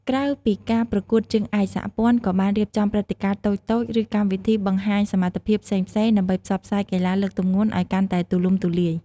ក្រៅពីការប្រកួតជើងឯក សហព័ន្ធក៏បានរៀបចំព្រឹត្តិការណ៍តូចៗ ឬកម្មវិធីបង្ហាញសមត្ថភាពផ្សេងៗ ដើម្បីផ្សព្វផ្សាយកីឡាលើកទម្ងន់ឱ្យកាន់តែទូលំទូលាយ។